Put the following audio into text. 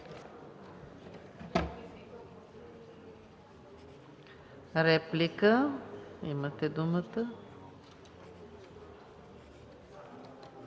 Реплика? Имате думата,